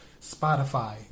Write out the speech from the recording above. Spotify